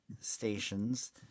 stations